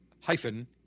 hyphen